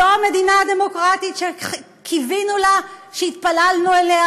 זו המדינה הדמוקרטית שקיווינו לה, שהתפללנו לה,